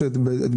תכניות.